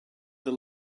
that